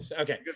Okay